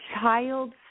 child's